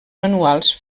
manuals